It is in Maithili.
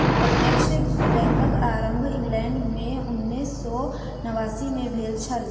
प्रत्यक्ष बैंकक आरम्भ इंग्लैंड मे उन्नैस सौ नवासी मे भेल छल